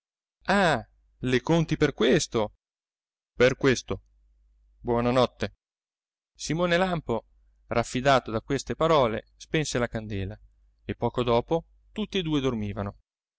ah le conti per questo per questo buona notte simone lampo raffidato da queste parole spense la candela e poco dopo tutti e due dormivano